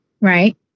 Right